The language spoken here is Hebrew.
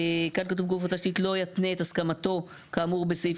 כאן כתוב "גוף עבודת תשתית לא יתנה את הסכמתו כאמור בסעיף